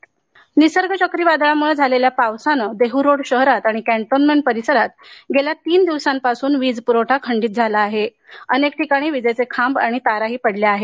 वीजपुरवठा निसर्ग चक्रीवादळामुळ झालेल्या पावसानं देहूरोड शहरात आणि कॅन्टोन्मेंट परिसरात गेल्या तीन दिवसांपासून वीजप्रवठा खंडीत झाला असून अनेक ठिकाणी वीजेचे खांब ताराही पडल्या आहेत